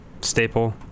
Staple